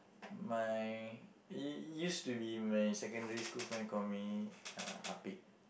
my it used to be my secondary school friend call me uh